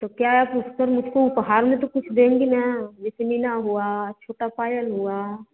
तो क्या आप उसपे मुझको उपहार में तो कुछ देंगी ना ना हुआ छोटा पायल हुआ